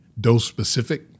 dose-specific